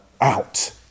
Out